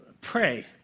pray